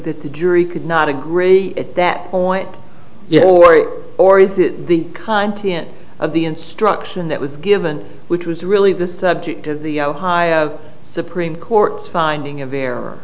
that the jury could not agree at that point or is that the content of the instruction that was given which was really the subject of the ohio supreme court's finding of there